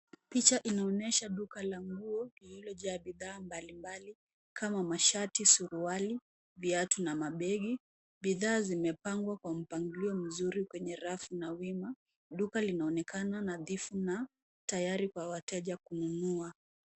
Picha inaonenyesha duka la nguo iliyojaa bidhaa mbalimbali kama mashati, suruali, viatu na mabegi. Bidhaa zimepangwa kwa mpangilio mzuri kwenhe rafu na wima. Duka linaonekana nadhifu na tayari kwa wateja kununua.